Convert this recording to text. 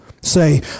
Say